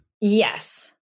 Yes